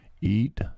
eat